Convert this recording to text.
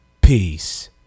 peace